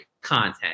content